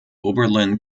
oberlin